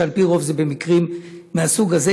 בגלל שעל פי רוב זה במקרים מהסוג הזה,